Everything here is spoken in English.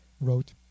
wrote